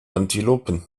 antilopen